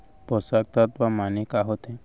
पोसक तत्व माने का होथे?